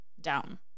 down